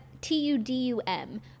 T-U-D-U-M